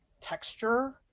texture